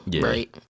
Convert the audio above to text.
right